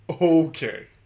Okay